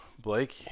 Blake